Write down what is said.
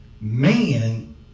man